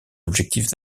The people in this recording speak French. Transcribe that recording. objectifs